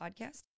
podcast